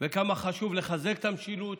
וכמה חשוב לחזק את המשילות,